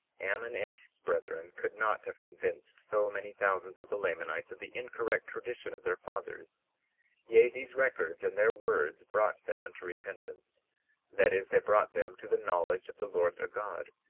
ammon and his brethren could not have convinced so many thousands of the lamanites of the incorrect tradition of their fathers yea, these records and their words brought them unto repentance that is, they brought them to the knowledge of the lord their god,